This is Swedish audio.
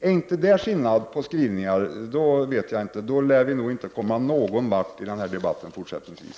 Ärinte det skillnad på skrivningar, då lär vi inte komma någon vart i denna debatt i fortsättningen.